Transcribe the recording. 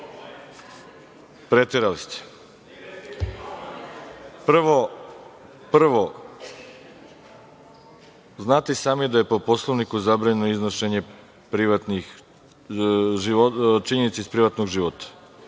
preterali ste. Prvo, znate i sami da je po Poslovniku zabranjeno iznošenje činjenica iz privatnog života.